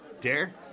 Dare